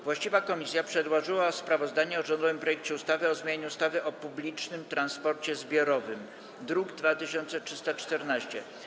Właściwa komisja przedłożyła sprawozdanie o rządowym projekcie ustawy o zmianie ustawy o publicznym transporcie zbiorowym, druk nr 2314.